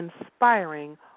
inspiring